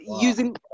using